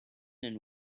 and